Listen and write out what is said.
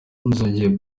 muzogeye